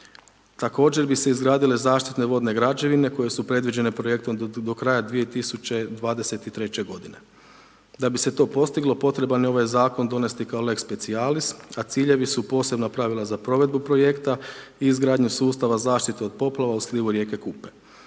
Također bi se izgradile zaštitne vodne građevine koje su predviđene projektom do kraja 2023.-će godine. Da bi se to postiglo, potreban je ovaj Zakon donijeti kao lex specialis, a ciljevi su posebna pravila za provedbu projekta i izgradnju sustava zaštite od poplava u slivu rijeke Kupe.